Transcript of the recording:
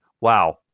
wow